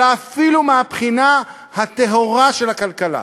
אלא אפילו מהבחינה הטהורה של הכלכלה.